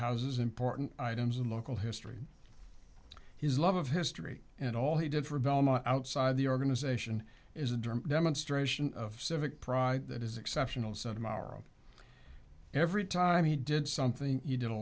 houses important items and local history his love of history and all he did for velma outside the organization is a dream demonstration of civic pride that is exceptional so tomorrow every time he did something he did a